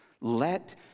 Let